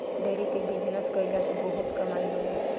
dairy के business कईला से बहुते कमाई होला